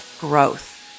growth